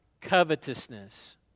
covetousness